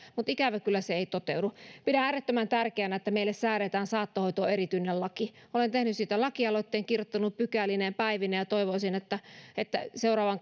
mahdollistaa mutta ikävä kyllä se ei toteudu pidän äärettömän tärkeänä että meille säädetään saattohoitoon erityinen laki olen tehnyt siitä lakialoitteen kirjoittanut pykälineen päivineen ja toivoisin että että seuraavan